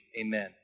Amen